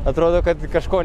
atrodo kad kažko